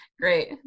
Great